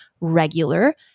regular